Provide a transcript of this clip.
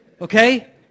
Okay